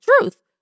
truth